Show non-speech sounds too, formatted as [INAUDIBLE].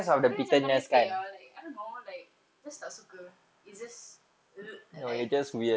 tapi macam merepek ah like I don't know like just tak suka it's just [NOISE] like